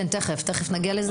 תכף נגיע לזה.